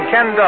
Ken